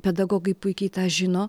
pedagogai puikiai tą žino